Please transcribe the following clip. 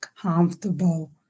comfortable